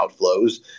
outflows